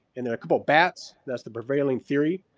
and a couple bats, that's the prevailing theory.